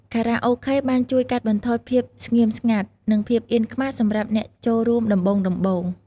ខារ៉ាអូខេបានជួយកាត់បន្ថយភាពស្ងៀមស្ងាត់ និងភាពអៀនខ្មាសសម្រាប់អ្នកចូលរួមដំបូងៗ។